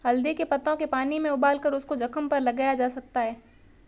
हल्दी के पत्तों के पानी में उबालकर उसको जख्म पर लगाया जा सकता है